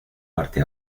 parte